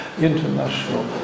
international